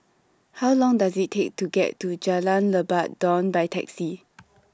How Long Does IT Take to get to Jalan Lebat Daun By Taxi